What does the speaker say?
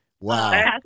Wow